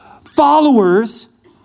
Followers